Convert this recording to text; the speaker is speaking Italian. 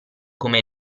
come